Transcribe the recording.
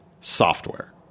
software